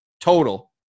total